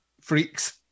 freaks